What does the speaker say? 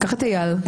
את איל,